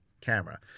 camera